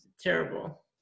terrible